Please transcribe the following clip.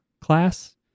class